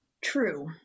True